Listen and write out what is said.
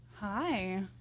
Hi